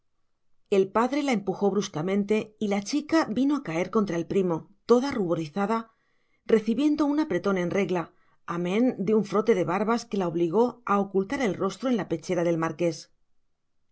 el padre la empujó bruscamente y la chica vino a caer contra el primo toda ruborizada recibiendo un apretón en regla amén de un frote de barbas que la obligó a ocultar el rostro en la pechera del marqués